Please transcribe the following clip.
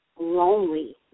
lonely